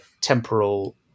temporal